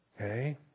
Okay